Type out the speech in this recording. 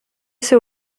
ser